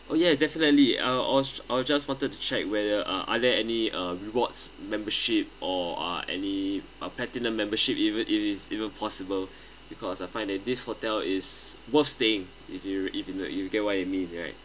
oh yeah definitely I was I just wanted to check whether uh are there any uh rewards membership or uh any uh platinum membership even if it's even possible because I find that this hotel is worth staying if you if you know you get what I mean right